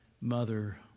mother